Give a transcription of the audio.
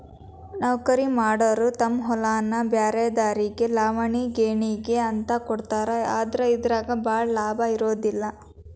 ನೌಕರಿಮಾಡಾರ ತಮ್ಮ ಹೊಲಾನ ಬ್ರ್ಯಾರೆದಾರಿಗೆ ಲಾವಣಿ ಗೇಣಿಗೆ ಅಂತ ಕೊಡ್ತಾರ ಆದ್ರ ಇದರಾಗ ಭಾಳ ಲಾಭಾ ಇರುದಿಲ್ಲಾ